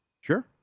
Sure